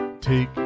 Take